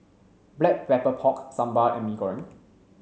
black black pork sambal and Mee Goreng